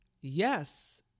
Yes